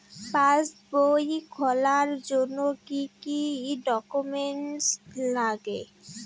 পাসবই খোলার জন্য কি কি ডকুমেন্টস লাগে?